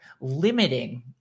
limiting